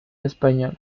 española